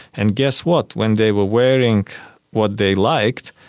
and guess what? when they were wearing what they liked,